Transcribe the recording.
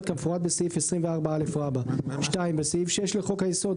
כמפורט בסעיף 24א". 2. בסעיף 6 לחוק היסוד,